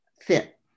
fit